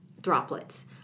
droplets